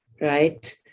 right